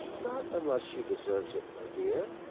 not unless she deserves it, my dear.